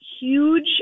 huge